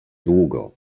długo